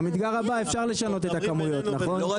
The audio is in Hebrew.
במדגר הבא אפשר לשנות את הכמויות, נכון?